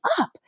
up